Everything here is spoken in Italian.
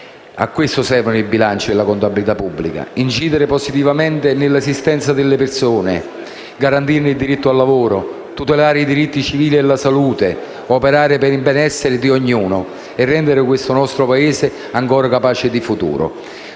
a questo servono il bilancio e la contabilità pubblica: incidere positivamente nell'esistenza delle persone, garantirne il diritto al lavoro, tutelarne i diritti civili e la salute, operare per il benessere di ognuno e rendere questo nostro Paese ancora capace di futuro.